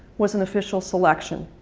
was an official selection.